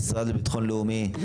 המשרד לביטחון לאומי,